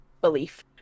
belief